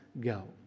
go